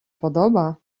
podoba